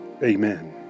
Amen